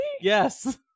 yes